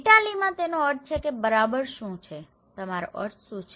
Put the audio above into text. ઇટાલીમાં તેનો અર્થ એ છે કે બરાબર શું છે તમારો અર્થ શું છે